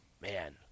man